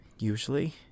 Usually